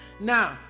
Now